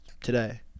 today